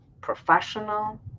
professional